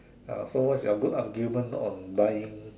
uh so what is your good argument on buying